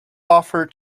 offer